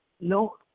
No